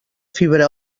fibra